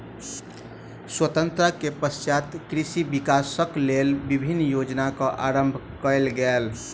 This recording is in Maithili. स्वतंत्रता के पश्चात कृषि विकासक लेल विभिन्न योजना के आरम्भ कयल गेल